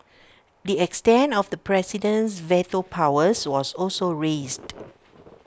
the extent of the president's veto powers was also raised